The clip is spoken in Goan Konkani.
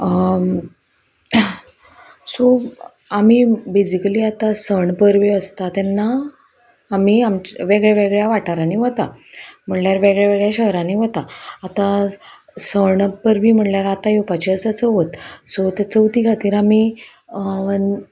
सो आमी बेजिकली आतां सण परबी आसता तेन्ना आमी आमच्या वेगळ्या वेगळ्या वाठारांनी वता म्हणल्यार वेगळ्या वेगळ्या शहरांनी वता आतां सण परबी म्हणल्यार आतां येवपाची आसा चवथ सो ते चवथी खातीर आमी